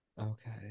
Okay